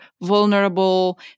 vulnerable